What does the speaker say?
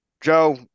Joe